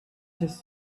just